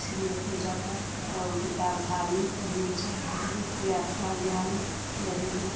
इसलिए पूजा पाठ और किताब धार्मिक पढ़नी चाहिए जिससे आपका ज्ञान बढ़ेगा